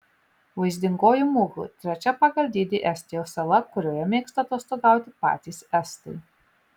vaizdingoji muhu trečia pagal dydį estijos sala kurioje mėgsta atostogauti patys estai